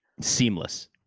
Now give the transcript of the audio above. seamless